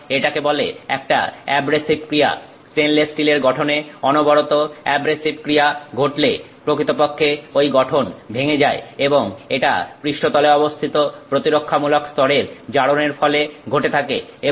সুতরাং এটাকে বলে একটা অ্যাব্রাসিভ ক্রিয়া স্টেনলেস স্টিলের গঠনে অনবরত অ্যাব্রাসিভ ক্রিয়া ঘটলে প্রকৃতপক্ষে ওই গঠন ভেঙে যায় এবং এটা পৃষ্ঠতলে অবস্থিত প্রতিরক্ষামূলক স্তরের জারণের ফলে ঘটে থাকে